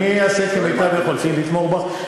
אני אעשה כמיטב יכולתי לתמוך בחוק,